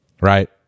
right